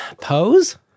Pose